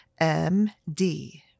MD